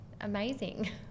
amazing